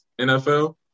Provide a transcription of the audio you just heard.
NFL